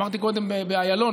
אמרתי קודם באיילון,